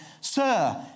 Sir